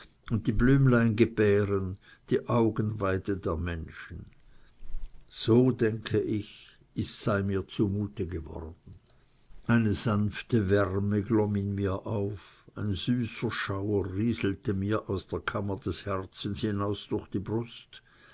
und die blümlein gebären die augenweide der menschen so denke ich sei mir zu mute geworden eine sanfte wärme glomm in mir auf ein süßer schauer rieselte mir aus der kammer des herzens hinaus durch die brust